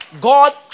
God